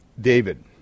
David